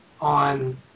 on